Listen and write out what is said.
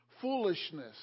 foolishness